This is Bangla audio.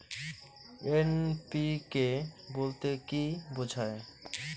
এন.পি.কে বলতে কী বোঝায়?